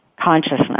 consciousness